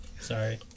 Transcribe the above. Sorry